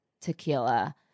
tequila